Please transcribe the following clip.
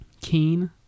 Keen